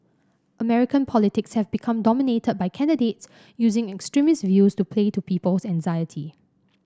American politics have become dominated by candidates using extremist views to play to people's anxiety